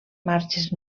marges